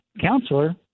counselor